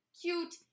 cute